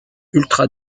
ultra